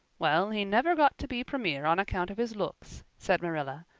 well, he never got to be premier on account of his looks, said marilla.